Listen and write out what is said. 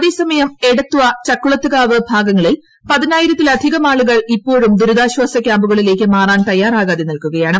അതേസമയം എടത്വാ ചക്കുളത്ത്കാവ് ഭാഗങ്ങളിൽ പതിനായിരത്തിലധികം ആളുകൾ ഇപ്പോഴും ദൂരിതാശ്വാസ കൃാംപുകളിലേക്ക് മാറാൻ തയ്യാറാകാതെ നിൽക്കുകയാണ്